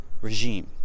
regime